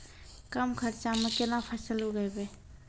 कम खर्चा म केना फसल उगैबै?